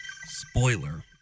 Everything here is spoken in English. Spoiler